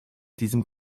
diesem